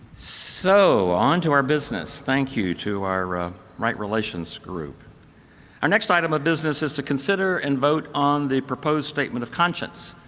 so onto our business. thank you to our right relations our next item of business is to consider and vote on the proposed statement of conscience,